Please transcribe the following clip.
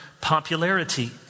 popularity